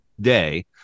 day